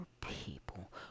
people